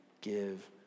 give